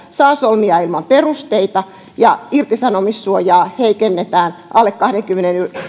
saa solmia ilman perusteita ja irtisanomissuojaa heikennetään alle kahdenkymmenen